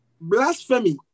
blasphemy